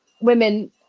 women